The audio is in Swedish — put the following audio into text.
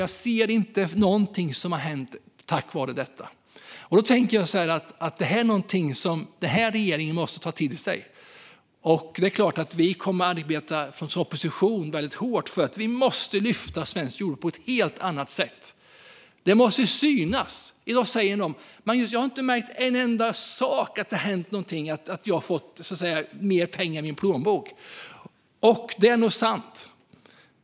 Jag ser inte någonting som har hänt tack vare detta. Då tänker jag att detta är någonting som den här regeringen måste ta till sig. Från oppositionen kommer vi att arbeta väldigt hårt, för vi måste lyfta svenskt jordbruk på ett helt annat sätt. Det måste synas. I dag säger man: Magnus, jag har inte märkt att det hänt en enda sak som gjort att jag fått mer pengar i min plånbok. Och det är nog sant.